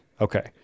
Okay